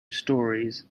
storeys